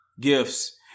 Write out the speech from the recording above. gifts